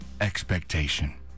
expectation